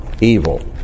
evil